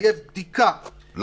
לחייב בדיקה,